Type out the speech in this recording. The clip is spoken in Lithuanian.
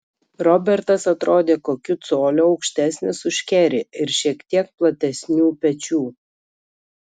robertas atrodė kokiu coliu aukštesnis už kerį ir šiek tiek platesnių pečių